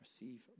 Receive